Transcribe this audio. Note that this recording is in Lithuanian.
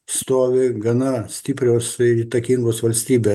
stovi gana stiprios a įtakingos valstybės